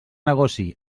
negoci